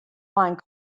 find